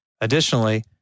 Additionally